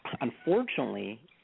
unfortunately